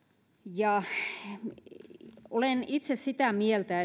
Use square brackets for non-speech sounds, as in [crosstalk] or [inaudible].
olen itse sitä mieltä [unintelligible]